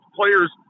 players